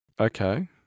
Okay